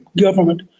government